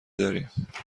داریم